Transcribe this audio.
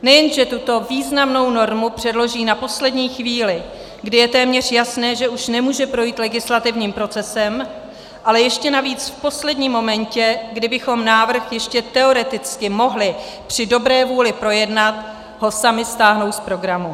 Nejen že tuto významnou normu předloží na poslední chvíli, kdy je téměř jasné, že už nemůže projít legislativním procesem, ale ještě navíc v posledním momentě, kdy bychom návrh ještě teoreticky mohli při dobré vůli projednat, ho sami stáhnou z programu.